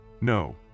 no